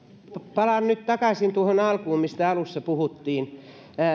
palaan nyt takaisin tuohon alkuun mistä alussa puhuttiin